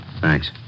Thanks